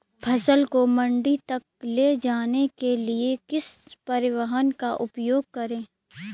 फसल को मंडी तक ले जाने के लिए किस परिवहन का उपयोग करें?